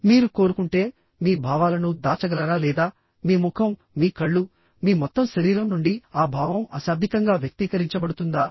మీరు కోరుకుంటే మీ భావాలను దాచగలరా లేదా మీ ముఖం మీ కళ్ళు మీ మొత్తం శరీరం నుండి ఆ భావం అశాబ్దికంగా వ్యక్తీకరించబడుతుందా